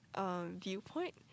viewpoint